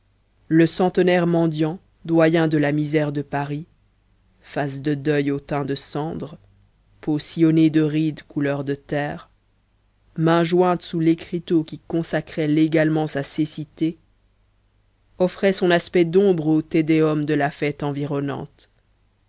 le centenaire mendiant doyen de la misère de paris face de deuil au teint de cendre peau sillonnée de rides couleur de terre mains jointes sous l'écriteau qui consacrait légalement sa cécité offrait son aspect d'ombre au te deum de la fête environnante